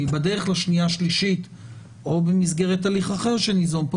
בדרך לשנייה ושלישית או במסגרת הליך אחר שניזום פה,